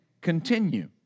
continue